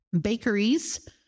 bakeries